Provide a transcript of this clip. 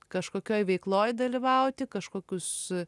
kažkokioj veikloj dalyvauti kažkokius